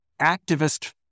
activist